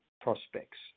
prospects